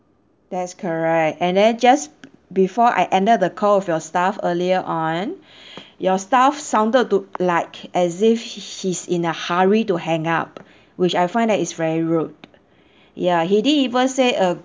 that's correct and then just before I ended the call of your staff earlier on your staff sounded to like as if h~ he's in a hurry to hang up which I find that is very rude ya he didn't even say a